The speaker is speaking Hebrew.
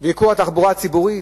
ייקור התחבורה הציבורית?